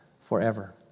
forever